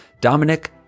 Dominic